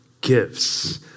gifts